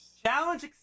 Challenge